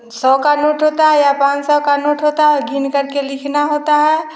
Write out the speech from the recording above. सौ का नोट होता है या पाँच सौ का नोट होता है गिन करके लिखना होता है